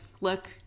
look